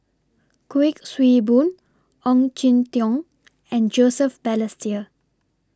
Kuik Swee Boon Ong Jin Teong and Joseph Balestier